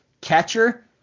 Catcher